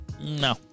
No